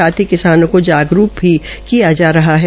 साथ ही किसानों को जागरूक भी किया जा रहा है